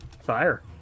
Fire